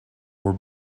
wore